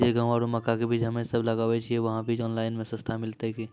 जे गेहूँ आरु मक्का के बीज हमे सब लगावे छिये वहा बीज ऑनलाइन मे सस्ता मिलते की?